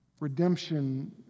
Redemption